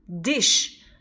Dish